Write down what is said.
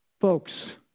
Folks